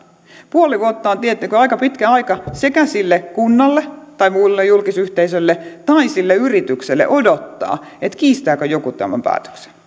puoli vuotta on tiedättekö aika pitkä aika sille kunnalle tai muulle julkisyhteisölle tai sille yritykselle odottaa kiistääkö joku tämän päätöksen